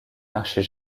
marchés